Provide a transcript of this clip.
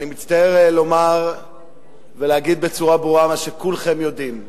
אני מצטער לומר ולהגיד בצורה ברורה מה שכולכם יודעים,